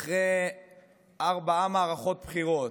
אחרי ארבע מערכות בחירות,